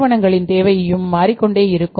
நிறுவனங்களில் தேவையும் மாறிக்கொண்டே இருக்கும்